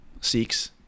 six